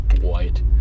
white